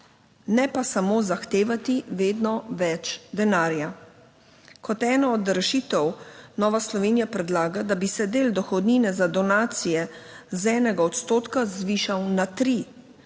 ne pa samo zahtevati vedno več denarja. Kot ena od rešitev Nova Slovenija predlaga, da bi se del dohodnine za donacije z enega odstotka zvišal na tri,